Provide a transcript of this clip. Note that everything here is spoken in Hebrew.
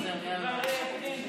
השרה מרים סיבוני.